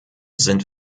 sind